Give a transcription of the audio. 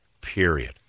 Period